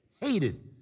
Hated